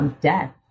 death